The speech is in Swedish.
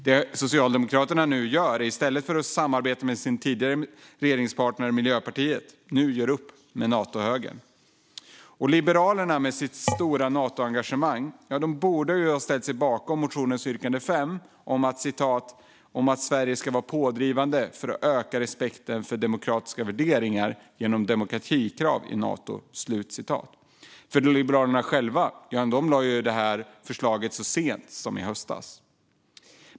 Det Socialdemokraterna nu gör i stället för att samarbeta med sin tidigare regeringspartner Miljöpartiet är att göra upp med Natohögern. Liberalerna, med sitt stora Natoengagemang, borde ha ställt sig bakom motionens yrkande 5 om att Sverige ska vara pådrivande för att öka respekten för demokratiska värderingar genom demokratikrav i Nato. Liberalerna själva lade fram det förslaget så sent som i höstas.